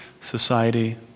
society